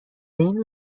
این